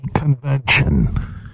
convention